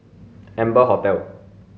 Amber Hotel